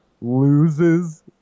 loses